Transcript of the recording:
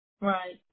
Right